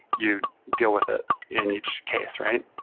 you deal with it in each case, right?